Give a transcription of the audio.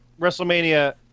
WrestleMania